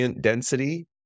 density